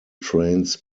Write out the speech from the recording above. trains